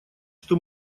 что